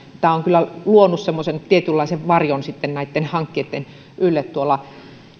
tämä on kyllä luonut semmoisen tietynlaisen varjon näitten hankkeitten ylle tuolla